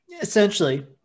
Essentially